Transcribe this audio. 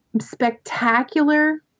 spectacular